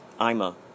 Ima